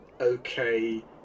okay